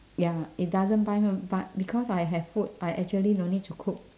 ya it doesn't buy but because I have food I actually no need to cook